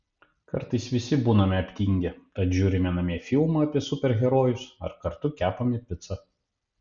kartais visi būname aptingę tad žiūrime namie filmą apie super herojus ar kartu kepame picą